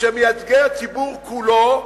כמייצגי הציבור כולו,